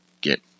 get